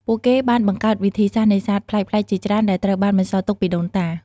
ពួកគេបានបង្កើតវិធីសាស្ត្រនេសាទប្លែកៗជាច្រើន ដែលត្រូវបានបន្សល់ទុកពីដូនតា។